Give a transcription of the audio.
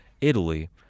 italy